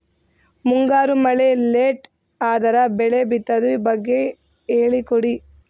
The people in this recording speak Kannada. ಮುಂಗಾರು ಮಳೆ ಲೇಟ್ ಅದರ ಬೆಳೆ ಬಿತದು ಬಗ್ಗೆ ಹೇಳಿ ಕೊಡಿ?